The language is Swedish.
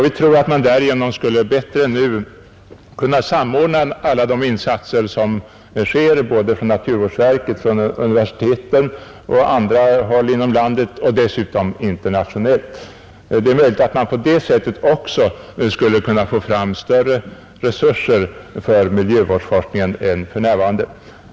Vi tror att man därigenom bättre än nu skulle kunna samordna alla de insatser som görs från naturvårdsverket, från universiteten och på andra håll i vårt land och dessutom internationellt. Det är möjligt att man också på det sättet skulle kunna få fram större resurser för miljövårdsforskning än för närvarande.